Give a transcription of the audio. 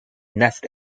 nest